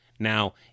Now